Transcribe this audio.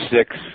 six